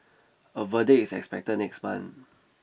a verdict is expected next month